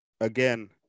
again